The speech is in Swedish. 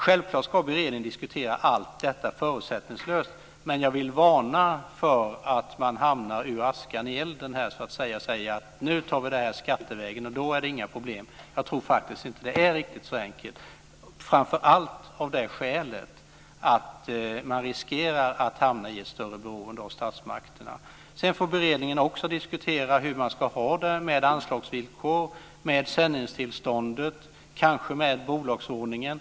Självklart ska man i beredningen diskutera allt detta förutsättningslöst. Men jag vill varna för att man kan hamna ur askan i elden genom att säga: Nu tar vi det skattevägen, och då blir det inga problem. Jag tror faktiskt inte att det är riktigt så enkelt. Det gör jag framför allt av det skälet att bolagen riskerar att hamna i ett större beroende av statsmakterna. Sedan får man i beredningen också diskutera hur man ska ha det med anslagsvillkor, sändningstillståndet och kanske med bolagsordningen.